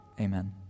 Amen